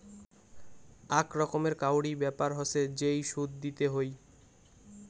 আক রকমের কাউরি ব্যাপার হসে যেই সুদ দিতে হই